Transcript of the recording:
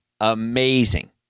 amazing